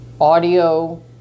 audio